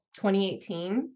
2018